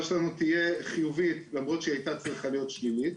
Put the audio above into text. שלנו תהיה חיובית למרות שהיא הייתה צריכה להיות שלילית,